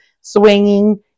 swinging